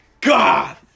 god